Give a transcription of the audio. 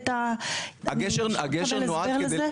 אפשר לקבל הסבר לזה?